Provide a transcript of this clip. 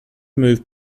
moved